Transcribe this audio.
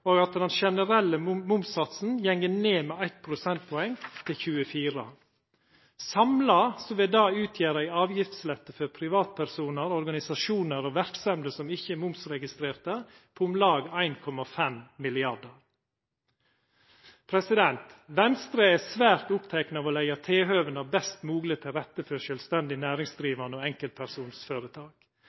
og at den generelle momssatsen går ned med eitt prosentpoeng, til 24 pst. Samla vil det utgjera ein avgiftslette for privatpersonar, organisasjonar og verksemder som ikkje er momsregistrerte, på om lag 1,5 mrd. kr. Venstre er svært oppteke av å leggja tilhøva best mogleg til rette for sjølvstendig næringsdrivande og enkeltpersonføretak.